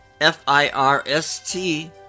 f-i-r-s-t